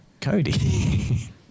Cody